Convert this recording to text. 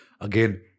Again